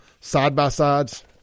side-by-sides